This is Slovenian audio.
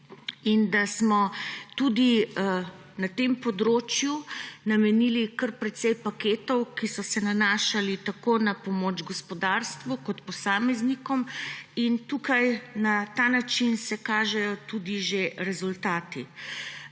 in da smo tudi temu področju namenili kar precej paketov, ki so se nanašali na pomoč tako gospodarstvu kot posameznikom, in na ta način se tukaj kažejo tudi že rezultati.